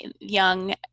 young